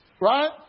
right